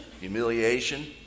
Humiliation